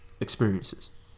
experiences